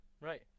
right